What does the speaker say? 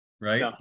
right